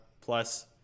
plus